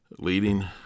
leading